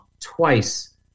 twice